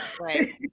Right